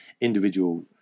individual